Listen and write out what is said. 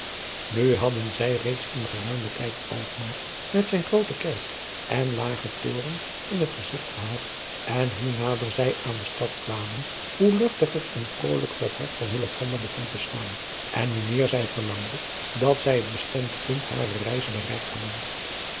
nu hadden zij reeds een geruimen tijd alkmaar met zijn groote kerk en lagen toren in het gezigt gehad en hoe nader zij aan de stad kwamen hoe luchtiger en vrolijker het hart van hillegonda begon te adriaan loosjes pzn het leven van hillegonda buisman slaan en hoe meer zij verlangde dat zij het bestemd punt harer reize bereikt hadden